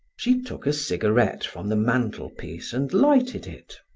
she took a cigarette from the mantelpiece and lighted it.